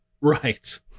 Right